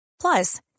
Plus